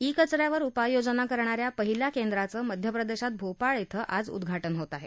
इ कच यावर उपाययोजना करणाऱ्या देशातल्या पहिल्या केंद्राचं मध्यप्रदेशात भोपाळ इथं आज उद्घाटन होत आहे